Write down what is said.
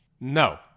no